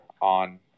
on